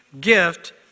gift